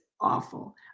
awful